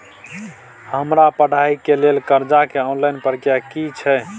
हमरा पढ़ाई के लेल कर्जा के ऑनलाइन प्रक्रिया की छै?